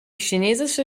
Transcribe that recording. chinesische